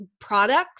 products